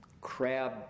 crab